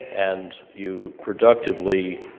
and you productively